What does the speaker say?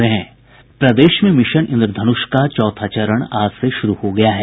प्रदेश में मिशन इंद्रधनुष का चौथा चरण आज से शुरू हो गया है